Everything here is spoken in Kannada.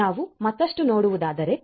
ಆದ್ದರಿಂದ ನಾವು ಮತ್ತಷ್ಟು ನೋಡುವುದಾದರೆ